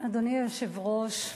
אדוני היושב-ראש,